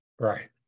Right